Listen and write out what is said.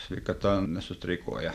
sveikata nesustreikuoja